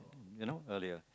you know earlier